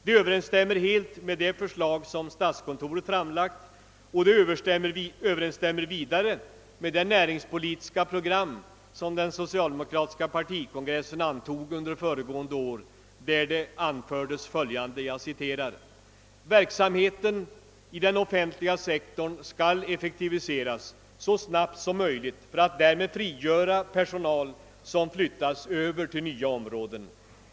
Det överensstämmer helt med det förslag som statskontoret framlagt, och det överensstämmer vidare med det näringspolitiska program som den socialdemokratiska partikongressen antog under föregående år. Där anfördes följande: »Verksamheten i den offentliga sektorn skall effektiviseras så snabbt som möjligt för att därmed frigöra personal som flyttas över till nya områden.